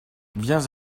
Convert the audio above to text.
viens